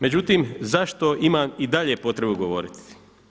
Međutim, zašto imam i dalje potrebu govoriti?